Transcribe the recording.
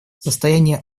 состояние